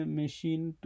machine